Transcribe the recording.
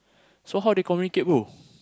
so how they communicate brother